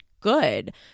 good